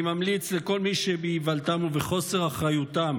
אני ממליץ לכל מי שבאיוולתם ובחוסר אחריותם